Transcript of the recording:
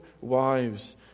wives